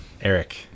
Eric